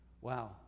wow